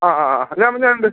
ആ ആ ആ ആ ഞാനുണ്ട്